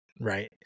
right